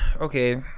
Okay